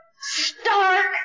stark